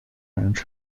ranch